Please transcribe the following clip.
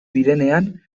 direnean